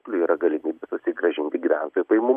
yra galimybių susigrąžinti gyventojų pajamų